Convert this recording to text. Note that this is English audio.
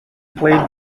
played